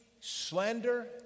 slander